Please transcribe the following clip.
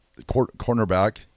cornerback